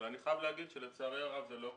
אבל אני חייב להגיד שלצערי הרב זה לא קורה.